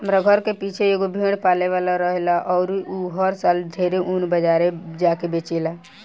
हमरा घर के पीछे एगो भेड़ पाले वाला रहेला अउर उ हर साल ढेरे ऊन बाजारे जा के बेचेला